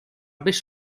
beş